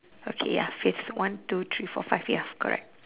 okay ya fifth one two three four five ya correct